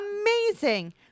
Amazing